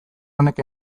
honek